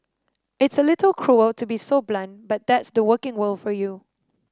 it's a little cruel to be so blunt but that's the working world for you